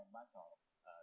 the month from uh